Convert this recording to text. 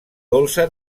dolça